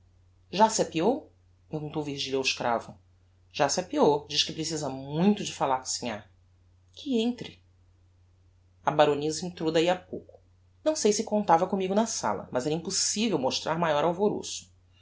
já se apeou perguntou virgilia ao escravo já se apeou diz que precisa muito de falar com sinhá que entre a baroneza entrou dahi a pouco não sei se contava commigo na sala mas era impossivel mostrar maior alvoroço